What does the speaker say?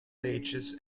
ages